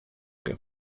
que